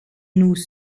nous